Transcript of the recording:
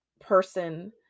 person